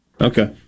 Okay